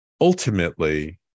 Ultimately